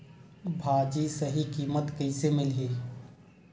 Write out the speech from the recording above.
भाजी सही कीमत कइसे मिलही?